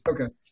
Okay